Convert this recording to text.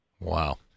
Wow